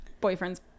boyfriend's